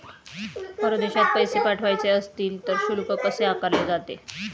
परदेशात पैसे पाठवायचे असतील तर शुल्क कसे आकारले जाते?